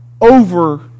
over